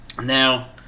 now